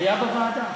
היה בוועדה.